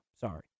Sorry